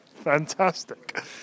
Fantastic